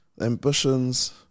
ambitions